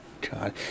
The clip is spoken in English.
God